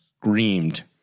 screamed